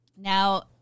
Now